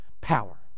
power